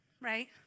right